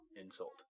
insult